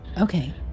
Okay